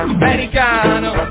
americano